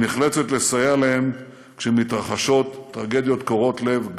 והיא נחלצת לסייע להם כשמתרחשות טרגדיות קורעות לב,